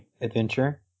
adventure